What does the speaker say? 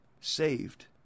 Saved